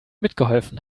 mitgeholfen